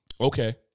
okay